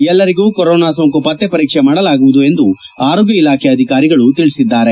ಎಲ್ಲರಿಗೂ ಕೊರೋನಾ ಸೋಂಕು ಪತ್ತೆ ಪರೀಕ್ಷೆ ಮಾಡಲಾಗುವುದು ಎಂದು ಆರೋಗ್ಯ ಇಲಾಖೆ ಅಧಿಕಾರಿಗಳು ತಿಳಿಸಿದ್ದಾರೆ